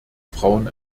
frauen